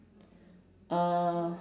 uh